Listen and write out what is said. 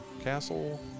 castle